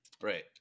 Right